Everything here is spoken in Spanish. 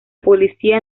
policía